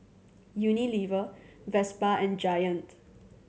Unilever Vespa and Giant